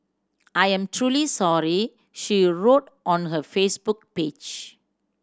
I am truly sorry she wrote on her Facebook page